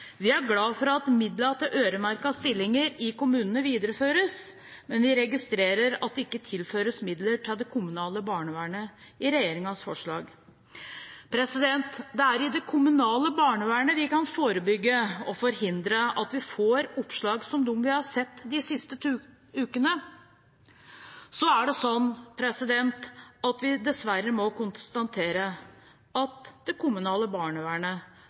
Vi er glad for at midlene til øremerkede stillinger i kommunene videreføres, men vi registrerer at det ikke tilføres midler til det kommunale barnevernet i regjeringens forslag. Det er i det kommunale barnevernet vi kan forebygge og forhindre at vi får oppslag som dem vi har sett de siste ukene. Så er det sånn at vi dessverre må konstatere at det kommunale barnevernet